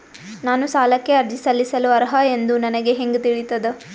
ನಾನು ಸಾಲಕ್ಕೆ ಅರ್ಜಿ ಸಲ್ಲಿಸಲು ಅರ್ಹ ಎಂದು ನನಗೆ ಹೆಂಗ್ ತಿಳಿತದ?